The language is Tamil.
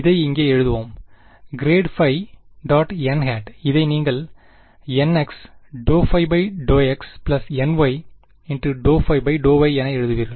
இதை இங்கே எழுதுவோம் ∇ϕ ·n இதை நீங்கள் nx∂ϕ∂x ny∂ϕ∂y என எழுதுவீர்கள்